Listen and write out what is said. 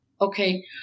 Okay